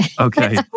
Okay